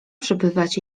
przebywać